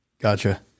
Gotcha